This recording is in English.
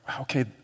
okay